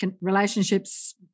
relationships